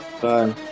Bye